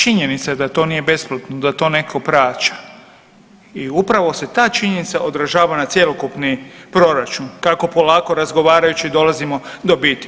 Činjenica da to nije besplatno da to neko plaća i upravo se ta činjenica odražava na cjelokupni proračun kako polako razgovarajući dolazimo do biti.